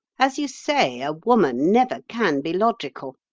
as you say, a woman never can be logical.